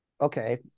okay